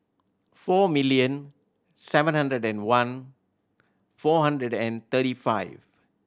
four million seven hundred and one four hundred and thirty five